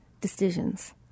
decisions